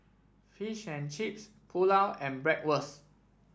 Fish and Chips Pulao and Bratwurst